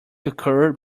occurred